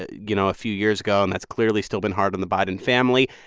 ah you know, a few years ago. and that's clearly still been hard on the biden family.